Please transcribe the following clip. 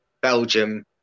Belgium